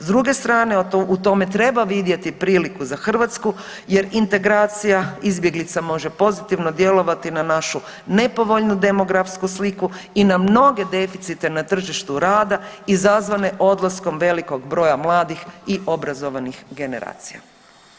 S druge strane u tome treba vidjeti priliku za Hrvatsku jer integracija izbjeglica može pozitivno djelovati na našu nepovoljnu demografsku sliku i na mnoge deficite na tržištu rada izazvane odlaskom velikog broja mladih i obrazovanih generacija.